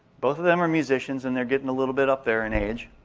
both of them are musicians and they're getting a little bit up there in age.